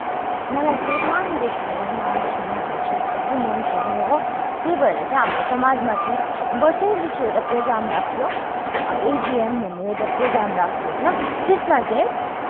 मलाई चाहिँ सानोदेखि नै नाच्नुहरू चाहिँ एकदमै मनपर्ने हो त्यही भएर चाहिँ हाम्रो समाजमा चाहिँ वर्षै पिछे एउटा प्रोग्राम राख्थ्यो एजिएम भन्ने एउटा प्रोग्राम राख्थ्यो होइन त्यसमा चाहिँ